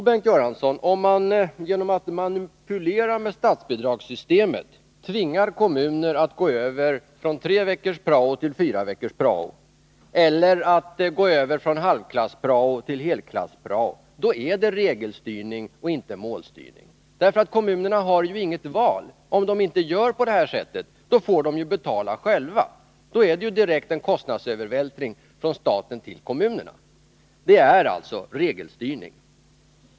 Herr talman! Om man — genom att manipulera med statsbidragssystemet — tvingar kommuner att gå över från treveckors-prao till fyraveckors-prao eller från halvklass-prao till helklass-prao är det regelstyrning och inte målstyrning, Bengt Göransson. Kommunerna har ju inget val. Om de inte gör på det här sättet får de betala själva. Detta är fråga om en direkt kostnadsövervältring från staten till kommunerna. Det är alltså regelstyrning.